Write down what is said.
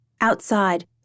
Outside